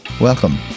Welcome